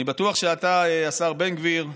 אני בטוח שאתה, השר בן גביר,